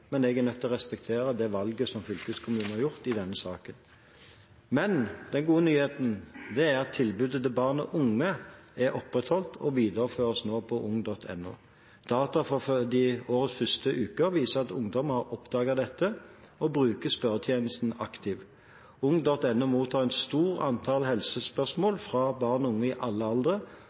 men jeg er nødt til å respektere det valget som fylkeskommunen har gjort i denne saken. Men den gode nyheten er at tilbudet til barn og unge blir opprettholdt og videreføres nå på ung.no. Data fra årets første uker viser at ungdom har oppdaget dette og bruker spørretjenesten aktivt. Nettstedet ung.no mottar et stort antall helsespørsmål fra barn og unge i alle aldre,